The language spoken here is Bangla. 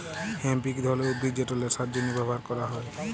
হেম্প ইক ধরলের উদ্ভিদ যেট ল্যাশার জ্যনহে ব্যাভার ক্যরা হ্যয়